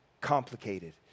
complicated